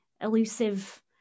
elusive